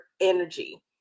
energy